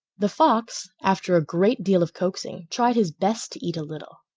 the fox, after a great deal of coaxing, tried his best to eat a little.